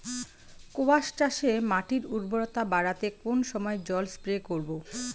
কোয়াস চাষে মাটির উর্বরতা বাড়াতে কোন সময় জল স্প্রে করব?